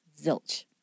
Zilch